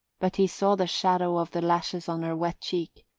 but he saw the shadow of the lashes on her wet cheek,